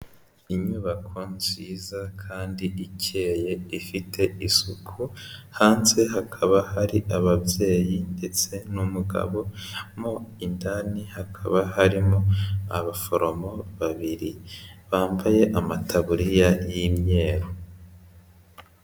Inyubako nziza kandi ikeye ifite isuku hanze hakaba hari ababyeyi ndetse n'umugabo, mo indani hakaba harimo abaforomo babiri bambaye amataburiya y'imyeru.